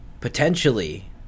potentially